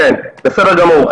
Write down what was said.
בסדר גמור.